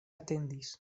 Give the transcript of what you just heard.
atendis